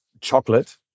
chocolate